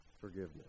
Forgiveness